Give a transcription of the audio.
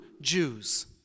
Jews